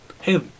hey